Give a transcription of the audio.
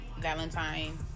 Valentine